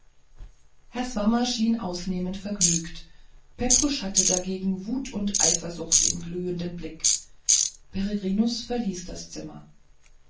herr swammer schien ausnehmend vergnügt pepusch hatte dagegen wut und eifersucht im glühenden blick peregrinus verließ das zimmer